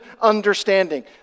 understanding